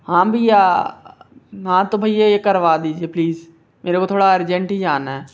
हाँ भैया हाँ तो भैया ये करवा दीजिए प्लीज़ मेरे को थोड़ा अर्जेंट ही जाना है